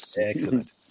Excellent